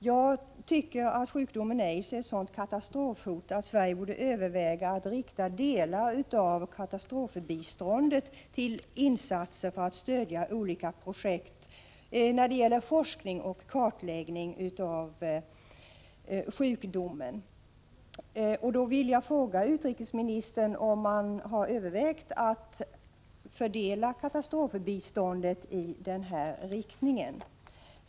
Jag tycker att sjukdomen aids är ett sådant katastrofhot att Sverige borde överväga att rikta delar av katastrofbiståndet till insatser för att stödja olika projekt när det gäller forskning om och kartläggning av sjukdomen. Jag vill fråga utrikesministern om han har övervägt att fördela katastrofbiståndet i den här riktningen.